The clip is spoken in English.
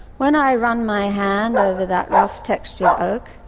when i run my hand over that rough-textured oak,